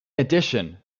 addition